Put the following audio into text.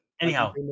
Anyhow